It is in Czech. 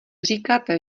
říkáte